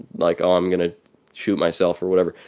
like oh, i'm going to shoot myself or whatever.